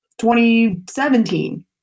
2017